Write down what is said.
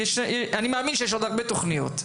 אני מאמין שיש עוד הרבה תוכניות.